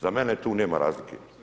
Za mene tu nema razlike.